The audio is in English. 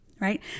Right